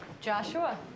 Joshua